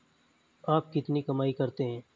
आप कितनी कमाई करते हैं?